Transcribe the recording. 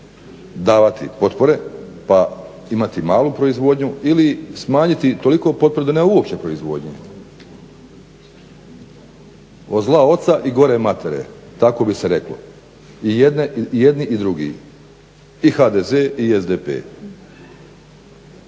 davati potpore pa imati malu proizvodnju ili smanjiti toliko potpore da nema uopće proizvodnje? Od zla oca i gore matere tako bi se reklo, i jedni i drugi, i HDZ i SDP.